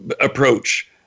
approach